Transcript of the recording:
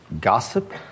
gossip